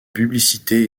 publicités